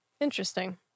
Interesting